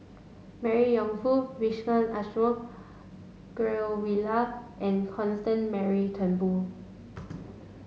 Mary Yong Foong Vijesh Ashok Ghariwala and Constance Mary Turnbull